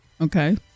Okay